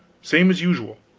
same as usual.